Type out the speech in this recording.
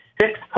six